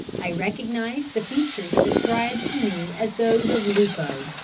i recognised the features described to me as those of lupo.